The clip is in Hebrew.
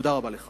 תודה רבה לך.